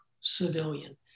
civilian